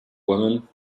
woman